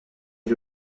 des